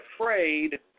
afraid